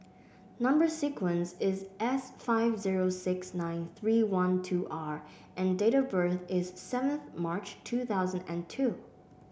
number sequence is S five zero six nine three one two R and date of birth is seventh March two thousand and two